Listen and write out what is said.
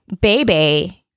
baby